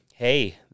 hey